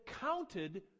counted